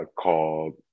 called